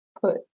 put